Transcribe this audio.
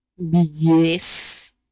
Yes